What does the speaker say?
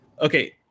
Okay